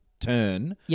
turn